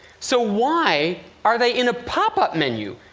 so why are they in a pop-up menu?